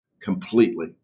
completely